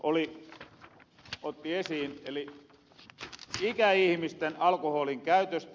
larikka otti esiin eli ikäihmisten alkoholinkäytöstä